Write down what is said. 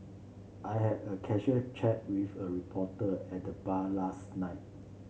I had a casual chat with a reporter at the bar last night